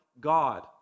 God